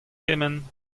kement